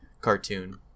cartoon